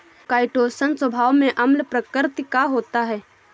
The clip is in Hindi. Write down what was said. काइटोशन स्वभाव में अम्ल प्रकृति का होता है